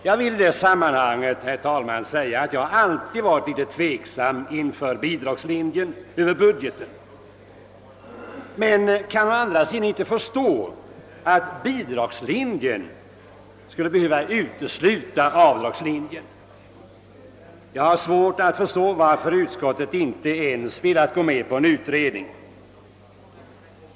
Jag vill i det sammanhanget, herr talman, säga att jag alltid varit tveksam inför bidragslinjen över budgeten, men jag kan å andra sidan inte förstå att bidragslinjen skulle behöva utesluta avdragslinjen. Jag har svårt att förstå varför utskottet inte ens velat gå med på en utredning.